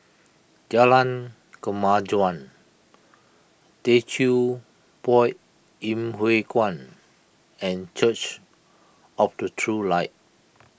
Jalan Kemajuan Teochew Poit in Huay Kuan and Church of the True Light